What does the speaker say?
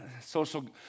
social